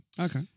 Okay